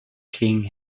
king